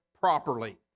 properly